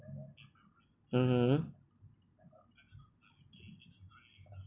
mmhmm